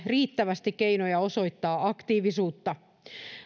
riittävästi keinoja osoittaa aktiivisuutta